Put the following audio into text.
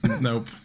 nope